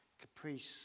Caprice